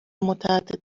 متعدد